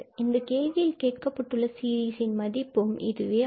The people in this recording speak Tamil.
இந்த கேள்வியில் கேட்கப்பட்டுள்ள சீரிஸ் மதிப்பு இதுவே ஆகும்